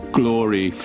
glory